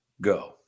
Go